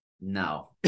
No